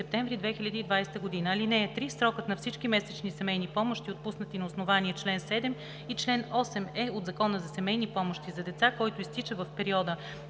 Срокът на всички месечни семейни помощи, отпуснати на основание чл. 7 и чл. 8е от Закона за семейни помощи за деца, който изтича в периода